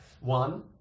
one